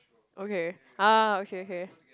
okay ah okay okay